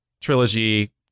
trilogy